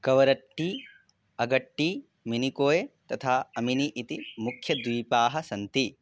कवरट्टी अगट्टी मिनिकोय् तथा अमिनी इति मुख्यद्वीपाः सन्ति